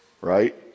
Right